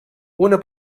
una